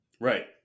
Right